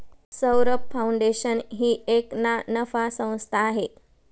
Saurabh foundation ही एक ना नफा संस्था आहे